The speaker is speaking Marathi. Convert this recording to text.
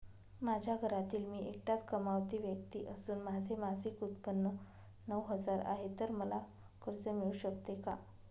माझ्या घरातील मी एकटाच कमावती व्यक्ती असून माझे मासिक उत्त्पन्न नऊ हजार आहे, तर मला कर्ज मिळू शकते का?